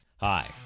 Hi